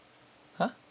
!huh!